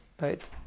right